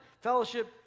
fellowship